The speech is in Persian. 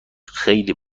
خیلی